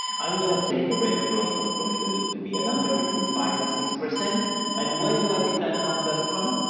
i'm gonna take the rate of growth of profitability to be a number between five and six percent and where do i get that number from?